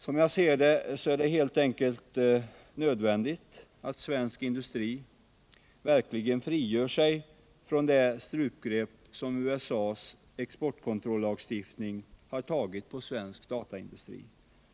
Som jag ser det är det helt enkelt nödvändigt att svensk industri verkligen frigör sig från det strupgrepp som USA:s exportkontrollagstiftning har tagit på svensk dataindustri.